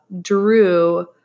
Drew